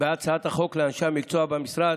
בהצעת החוק, לאנשי המקצוע במשרד,